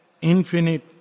infinite